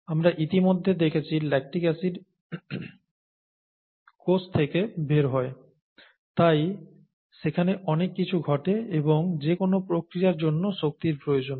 আমরা ইতিমধ্যে দেখেছি ল্যাকটিক এসিড কোষ থেকে বের হয় তাই সেখানে অনেক কিছু ঘটে এবং যে কোন প্রক্রিয়ার জন্য শক্তির প্রয়োজন হয়